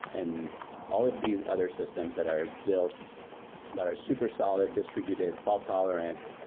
and all of these other systems that are built that are super solid, distributed, fault-tolerant.